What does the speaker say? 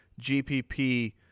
GPP